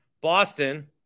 Boston